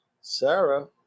sarah